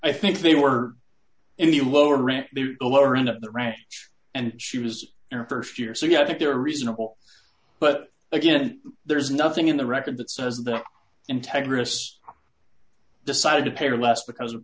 i think they were in the low rent the lower end of the ranch and she was their st year so yeah i think they're reasonable but again there's nothing in the record that says the integris decided to pay less because